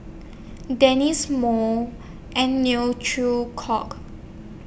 Dennis More and Neo Chwee Kok